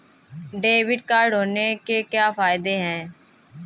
Debit card होने के क्या फायदे हैं?